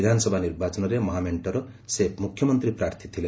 ବିଧାନସଭା ନିର୍ବାଚନରେ ମହାମେକ୍କର ସେ ମୁଖ୍ୟମନ୍ତ୍ରୀ ପ୍ରାର୍ଥୀ ଥିଲେ